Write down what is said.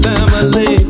Family